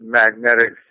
magnetic